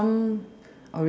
some